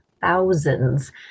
thousands